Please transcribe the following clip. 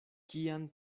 kian